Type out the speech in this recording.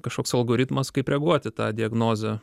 kažkoks algoritmas kaip reaguoti į tą diagnozę